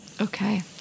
Okay